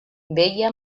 veia